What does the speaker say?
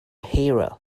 hero